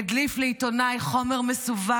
הדליף לעיתונאי חומר מסווג